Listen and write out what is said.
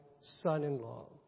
son-in-law